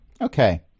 Okay